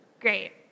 Great